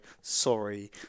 Sorry